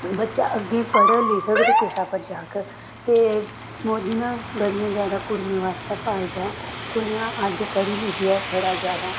बच्चा अग्गें पढ़ग लिखग ते किसै पर जाग ते मोदी ने बड़ियां जैदा कुड़ियें बास्तै फायदा ऐ कुड़ियां अज्ज पढ़ी लिखियै बड़ा जैदा